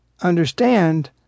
understand